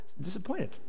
disappointed